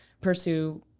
pursue